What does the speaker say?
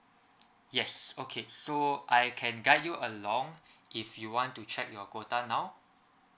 yes okay so I can guide you along if you want to check your quota now